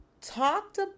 talked